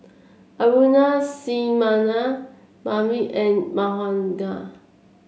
Aruna Sinnathamby and Manogar